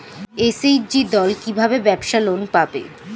SHG দল কী ভাবে ব্যাবসা লোন পাবে?